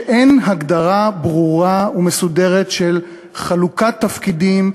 היא שאין הגדרה ברורה ומסודרת של חלוקת תפקידים,